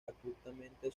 abruptamente